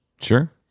Sure